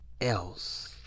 else